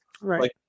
Right